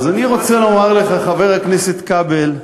אני רוצה לומר לך, חבר הכנסת כבל,